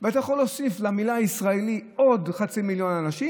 ואתה יכול להוסיף למילה "ישראלי" עוד חצי מיליון אנשים,